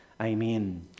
Amen